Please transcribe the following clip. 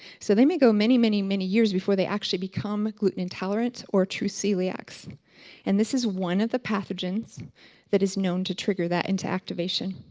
so they may go many many many years before they actually become gluten-intolerant or true coeliacs and this is one of the pathogens that is known to trigger that into activation.